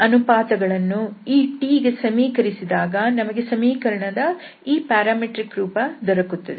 ಈ ಅನುಪಾತಗಳನ್ನು ಈ t ಗೆ ಸಮೀಕರಿಸಿದಾಗ ನಮಗೆ ಸಮೀಕರಣದ ಈ ಪ್ಯಾರಾಮೆಟ್ರಿಕ್ ರೂಪ ದೊರಕುತ್ತದೆ